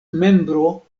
membro